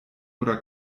oder